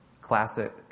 classic